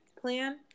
plan